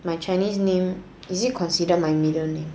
my chinese name is it considered my middle name